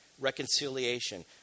reconciliation